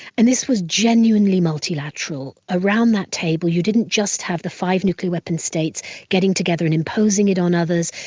and this was genuinely multilateral. around that table you didn't just have the five nuclear weapon states getting together and imposing it on others,